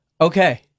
okay—